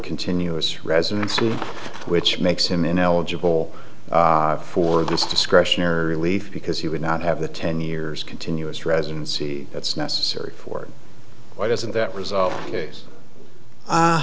continuous residency which makes him ineligible for this discretionary relief because he would not have the ten years continuous residency that's necessary for why doesn't that result case